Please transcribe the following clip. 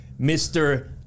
Mr